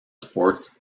sports